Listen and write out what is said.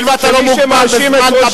הואיל ואתה לא מוגבל בזמן,